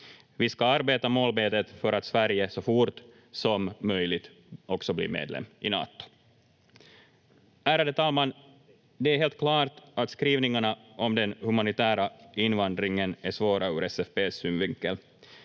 Vi ska arbeta målmedvetet för att Sverige så fort som möjligt också blir medlem i Nato. Ärade talman! Det är helt klart att skrivningarna om den humanitära invandringen är svåra ur SFP:s synvinkel.